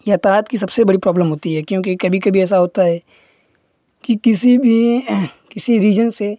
यातायात की सबसे बड़ी प्रॉब्लम होती है क्योंकि कभी कभी ऐसा होता है कि किसी भी किसी रीज़न से